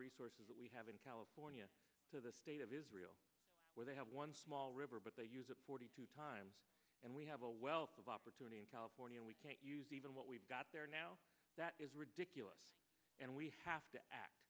resources that we have in california to the state of israel where they have one small river but they use forty two times and we have a wealth of opportunity in california we can't even what we've got there now that is ridiculous and we have to act